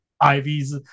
Ivy's